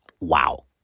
Wow